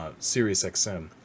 SiriusXM